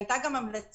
הייתה גם המלצה,